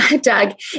Doug